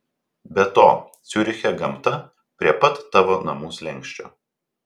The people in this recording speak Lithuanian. be to ciuriche gamta prie pat tavo namų slenksčio